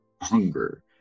hunger